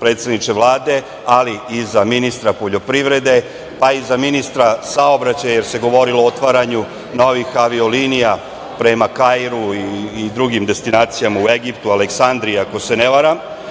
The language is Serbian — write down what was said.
predsedniče Vlade, ali i za ministra poljoprivrede, pa i za ministra saobraćaja, jer se govorilo o otvaranju novih avio linija prema Kairu i drugim destinacijama u Egiptu, Aleksandrija, ako se ne varam,